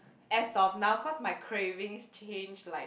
as of now cause my craving change like